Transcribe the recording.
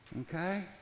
Okay